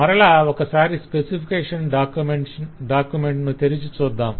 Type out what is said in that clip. మరల ఒకసారి specification document ను తెరిచి చూద్దాం